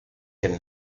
bacon